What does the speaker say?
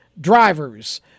drivers